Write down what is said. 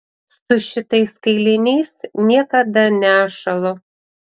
su šitais kailiniais niekada nešąlu